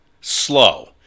slow